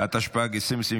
התשפ"ג 2023,